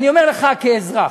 אני אומר לך, כאזרח,